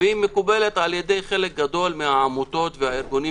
והיא מקובלת על-ידי חלק גדול מהעמותות והארגונים